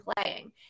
playing